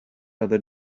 other